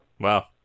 Wow